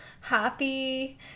happy